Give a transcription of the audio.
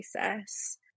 process